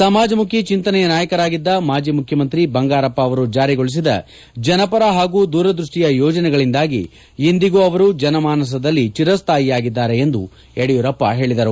ಸಮಾಜಮುಖಿ ಚೆಂತನೆಯ ನಾಯಕರಾಗಿದ್ದ ಮಾಜಿ ಮುಖ್ಯಮಂತ್ರಿ ಬಂಗಾರಪ್ಪ ಅವರು ಜಾರಿಗೊಳಿಸಿದ ಜನಪರ ಹಾಗೂ ದೂರದೃಷ್ಟಿಯ ಯೋಜನೆಗಳಿಂದಾಗಿ ಇಂದಿಗೂ ಅವರು ಜನಮಾನಸದಲ್ಲಿ ಚಿರಸ್ಥಾಯಿಯಾಗಿದ್ದಾರೆ ಎಂದು ಯಡಿಯೂರಪ್ಪ ಹೇಳಿದರು